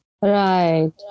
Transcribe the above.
Right